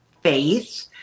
faith